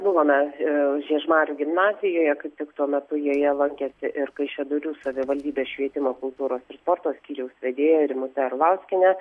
buvome a žiežmarių gimnazijoje kaip tik tuo metu joje lankėsi ir kaišiadorių savivaldybės švietimo kultūros ir sporto skyriaus vedėja rimutė arlauskienė